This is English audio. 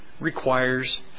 requires